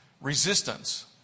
resistance